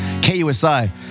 KUSI